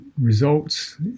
results